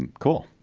and cool.